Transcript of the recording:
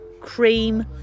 cream